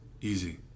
easy